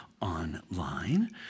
online